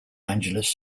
angeles